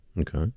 Okay